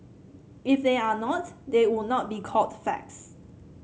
if they are not they would not be called facts